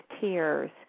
tears